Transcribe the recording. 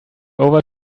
over